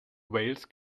wales